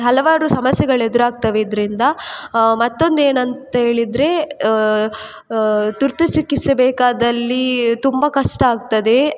ಹಲವಾರು ಸಮಸ್ಯೆಗಳು ಎದ್ರಾಗ್ತವೆ ಇದರಿಂದ ಮತ್ತೊಂದು ಏನಂತ ಹೇಳಿದ್ರೆ ತುರ್ತು ಚಿಕಿತ್ಸೆ ಬೇಕಾದಲ್ಲಿ ತುಂಬ ಕಷ್ಟ ಆಗ್ತದೆ